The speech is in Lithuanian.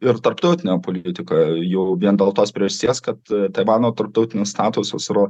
ir tarptautinę politiką jau vien dėl tos priežasties kad taivano tarptautinis statusas yra